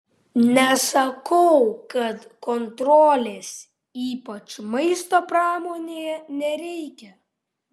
nesakau kad kontrolės ypač maisto pramonėje nereikia